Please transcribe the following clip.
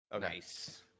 Nice